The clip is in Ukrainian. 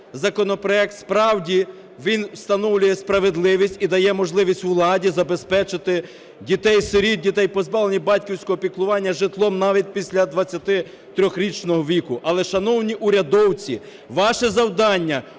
законопроект. Справді, він встановлює справедливість і дає можливість владі забезпечити дітей-сиріт, дітей, позбавлених батьківського піклування, житлом навіть після 23-річного віку. Але, шановні урядовці, ваше завдання: